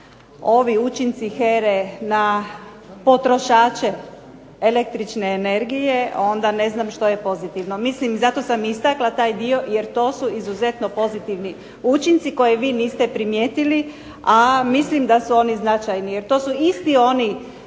ovi učinci HERA-e na potrošače električne energije onda ne znam što je pozitivno, mislim zato sam istakla taj dio jer to su izuzetno pozitivni učinci koje vi niste primijetili a mislim da su oni značajni. To su isti oni